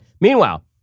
Meanwhile